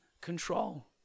control